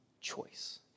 choice